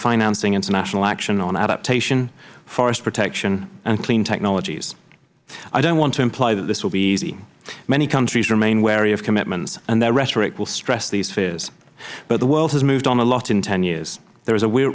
financing international action on adaptation forest protection and clean technologies i don't want to imply that this will be easy many countries remain wary of commitments and their rhetoric will stress these fears but the world has moved on a lot in ten years there is a